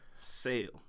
sale